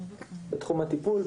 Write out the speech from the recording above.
בתחום הטיפול,